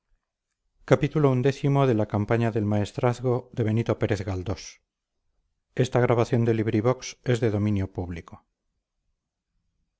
la campaña del